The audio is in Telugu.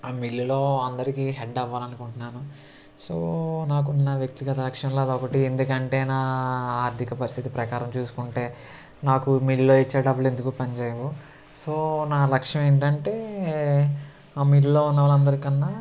ఆ మిల్లులో అందరికీ హెడ్ అవ్వాలని అనుకుంటున్నాను సో నాకున్న వ్యక్తిగత లక్ష్యమల్లా అది ఒకటి ఎందుకంటే నా ఆర్థిక పరిస్థితి ప్రకారం చూసుకుంటే నాకు మిల్లులో ఇచ్చే డబ్బులు ఎందుకూ పనిచేయవు సో నా లక్ష్యం ఏంటంటే ఆ మిల్లులో ఉన్న వాళ్ళందరికన్నా